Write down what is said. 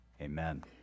Amen